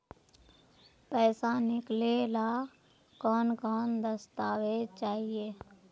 पैसा निकले ला कौन कौन दस्तावेज चाहिए?